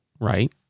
right